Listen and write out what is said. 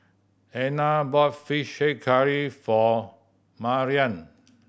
Ena bought Fish Head Curry for Mariann